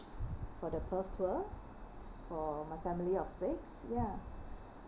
for the perth tour for my family of six ya